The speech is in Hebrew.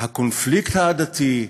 הקונפליקט העדתי,